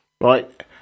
right